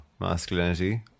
masculinity